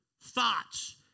thoughts